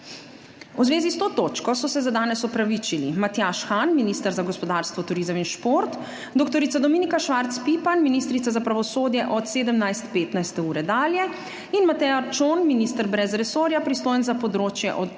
V zvezi s to točko so se za danes opravičili: Matjaž Han, minister za gospodarstvo, turizem in šport, dr. Dominika Švarc Pipan, ministrica za pravosodje, od 17.15 dalje in Matej Arčon, minister brez resorja, pristojen za področje